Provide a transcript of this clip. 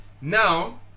now